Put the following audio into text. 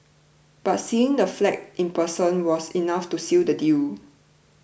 but seeing the flat in person was enough to seal the deal